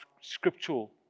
scriptural